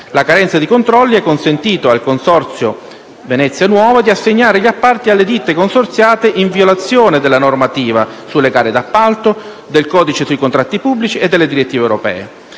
La carenza di controlli ha consentito al consorzio Venezia nuova di assegnare gli appalti alle ditte consorziate in violazione della normativa sulle gare d'appalto, del codice sui contratti pubblici e delle direttive europee.